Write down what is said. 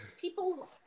people